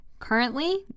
Currently